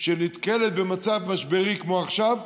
כשהיא נתקלת במצב משברי כמו עכשיו,